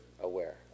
aware